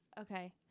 okay